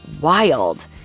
wild